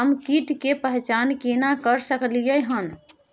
हम कीट के पहचान केना कर सकलियै हन?